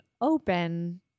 open